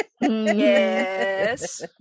Yes